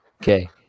Okay